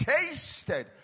tasted